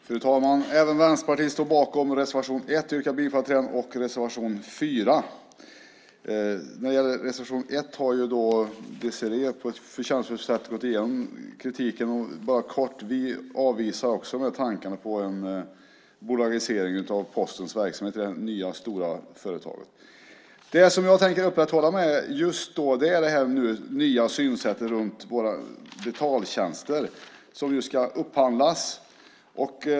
Fru talman! Även Vänsterpartiet står bakom reservation 1. Jag yrkar bifall till den och till reservation 4. När det gäller reservation 1 har Désirée på ett förtjänstfullt sätt gått igenom kritiken. Jag vill bara kort säga att vi också avvisar tankarna på en bolagisering av Postens verksamhet i det nya stora företaget. Det jag tänker uppehålla mig vid är det nya synsättet på våra betaltjänster som nu ska upphandlas.